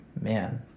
man